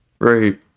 Right